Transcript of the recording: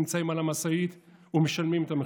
נמצאים על המשאית ומשלמים את המחיר.